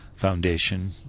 foundation